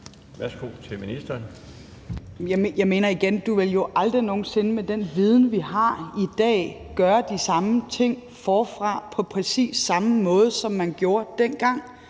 (Sophie Løhde): Jeg mener igen: Man ville jo aldrig nogen sinde med den viden, vi har i dag, gøre de samme ting forfra på præcis samme måde, som man gjorde dengang.